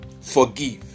Forgive